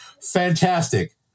fantastic